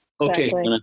Okay